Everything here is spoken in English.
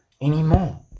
anymore